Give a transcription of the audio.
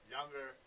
Younger